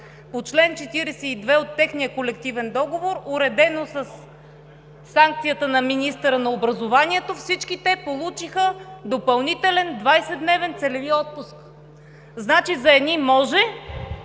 по чл. 42 от техния колективен договор, уредено със санкцията на министъра на образованието, всички те получиха допълнителен 20-дневен целеви отпуск. Значи за едни може,